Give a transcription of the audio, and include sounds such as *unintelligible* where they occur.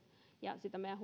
ja meidän *unintelligible*